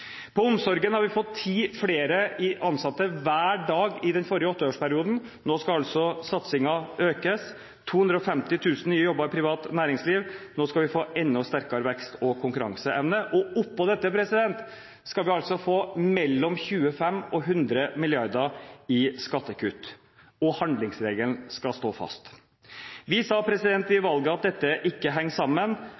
På omsorgsfeltet fikk vi i den forrige åtteårsperioden ti flere ansatte hver dag. Nå skal satsingen økes. 250 000 nye jobber i privat næringsliv – vi skal få enda sterkere vekst og konkurranseevne. I tillegg skal vi få 25–100 mrd. kr i skattekutt, og handlingsregelen skal stå fast. Vi sa